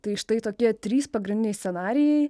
tai štai tokie trys pagrindiniai scenarijai